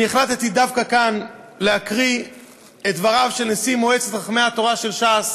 החלטתי דווקא כאן להקריא את דבריו של נשיא מועצת חכמי התורה של ש"ס,